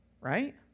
right